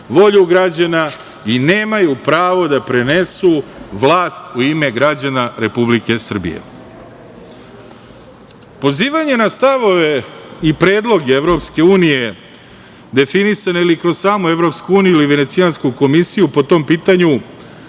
volju građana i nemaju pravo da prenesu vlast u ime građana Republike Srbije. Pozivanje na stavove i predloge EU definisane ili kroz samu EU ili Venecijansku komisiju po tom pitanju